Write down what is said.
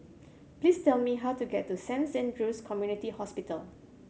please tell me how to get to Saint Andrew's Community Hospital